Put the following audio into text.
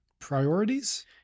priorities